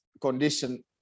condition